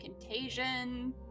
contagion